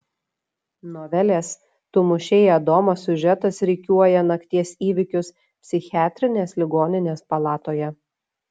novelės tu mušei adomą siužetas rikiuoja nakties įvykius psichiatrinės ligoninės palatoje